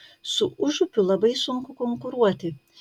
su užupiu labai sunku konkuruoti